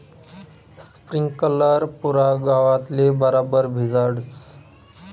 sprinkler पुरा गावतले बराबर भिजाडस